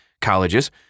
colleges